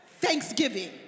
Thanksgiving